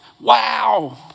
wow